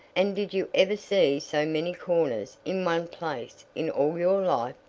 and did you ever see so many corners in one place in all your life?